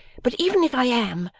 but even if i am,